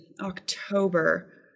October